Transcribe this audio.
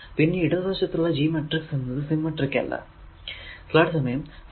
പിന്നെ ഇടതു വശത്തുള്ള G മാട്രിക്സ് എന്നത് സിമെട്രിക് അല്ല